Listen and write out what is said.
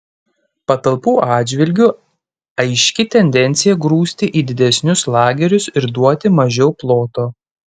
patalpų atžvilgiu aiški tendencija grūsti į didesnius lagerius ir duoti mažiau ploto